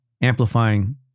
amplifying